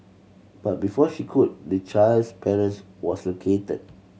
but before she could the child's parents was located